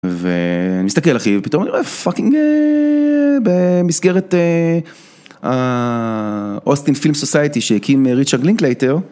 ואני מסתכל אחי ופתאום אני רואה פאקינג במסגרת האוסטין פילם סוסייטי שהקים ריצ'ה גלינק לייטר.